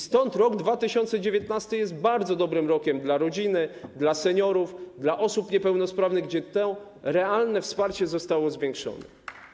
Stąd rok 2019 był bardzo dobrym rokiem dla rodziny, dla seniorów, dla osób niepełnosprawnych, gdzie to realne wsparcie zostało zwiększone.